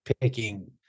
picking